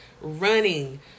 Running